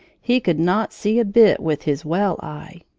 he could not see a bit with his well eye!